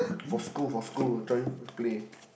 for school for school join play